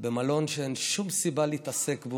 במלון שאין שום סיבה להתעסק בו,